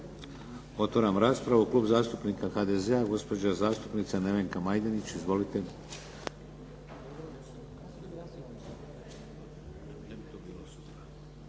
Otvaram raspravu. Klub zastupnika HDZ-a, gospođa zastupnica Nevenka Majdenić. Izvolite.